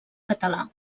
català